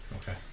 Okay